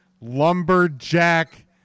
lumberjack